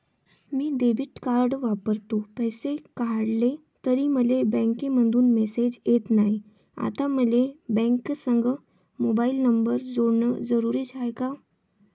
मी debit card वापरतो, पैसे काढले तरी मले बँकेमंधून मेसेज येत नाय, आता मले बँकेसंग मोबाईल नंबर जोडन जरुरीच हाय का?